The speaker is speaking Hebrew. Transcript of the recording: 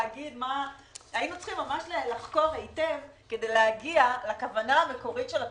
היינו צריכים לחקור היטב כדי להגיע לכוונה המקורית של התוכנית,